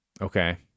Okay